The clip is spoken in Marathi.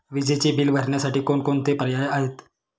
विजेचे बिल भरण्यासाठी कोणकोणते पर्याय आहेत?